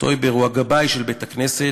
טויבר הוא הגבאי של בית-הכנסת,